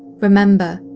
remember,